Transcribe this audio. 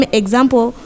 example